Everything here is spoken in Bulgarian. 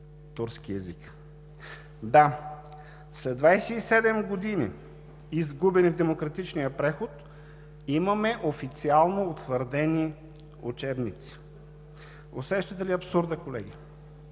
турски език. Да, след 27 години, изгубени в демократичния преход, имаме официално утвърдени учебници. Усещате ли абсурда, колеги?